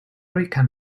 rican